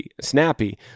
snappy